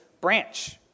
branch